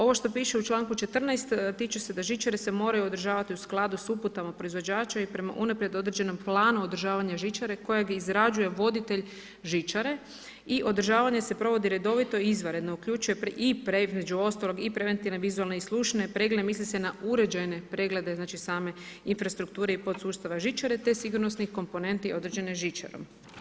Ovo što piše u članku 14., tiču se da žičare se moraju održavati u skladu sa uputama proizvođača i prema unaprijed određenom planu održavanja žičare kojeg izrađuje voditelj žičare i održavanje se provodi redovito i izvanredno, uključuje između ostalog i preventivne vizualne i slušne preglede, misli se na uređajne preglede znači same infrastrukture i podsustava žičare te sigurnosne komponente određene žičarom.